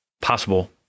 possible